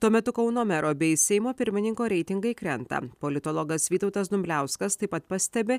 tuo metu kauno mero bei seimo pirmininko reitingai krenta politologas vytautas dumbliauskas taip pat pastebi